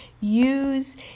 use